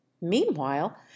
Meanwhile